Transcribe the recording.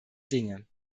dinge